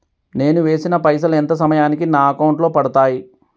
నేను వేసిన పైసలు ఎంత సమయానికి నా అకౌంట్ లో పడతాయి?